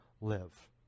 live